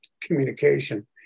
communication